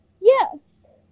Yes